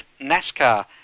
NASCAR